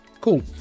cool